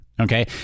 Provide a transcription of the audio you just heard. Okay